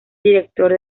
director